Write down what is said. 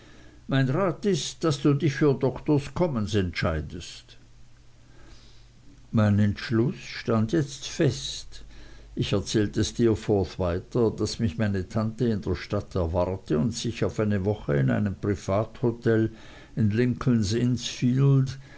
mein rat ist daß du dich für doktors commons entscheidest mein entschluß stand jetzt fest ich erzählte steerforth weiter daß mich meine tante in der stadt erwarte und sich auf eine woche in einem privathotel in lincolns